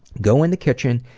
go in the kitchen,